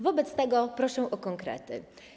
Wobec tego proszę o konkrety.